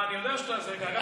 אני יודע שחשוב לך ניקוד עברי.